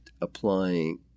applying